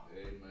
Amen